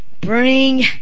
bring